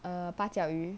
err 八脚鱼